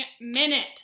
minute